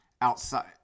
outside